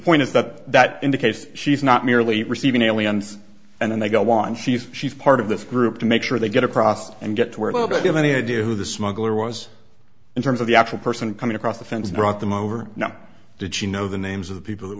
point is that that indicates she's not merely receiving aliens and then they go on she's she's part of this group to make sure they get across and get to a little bit of any idea who the smuggler was in terms of the actual person coming across the fence brought them over now did she know the names of the people who